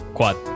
Quad